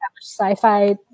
sci-fi